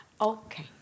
Okay